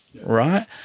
right